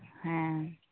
ᱦᱮᱸ